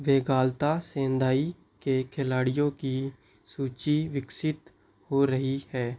Vegalta Sendai के खिलाड़ियों की सूची विकसित हो रही है